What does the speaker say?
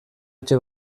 etxe